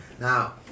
Now